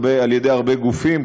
על ידי הרבה גופים,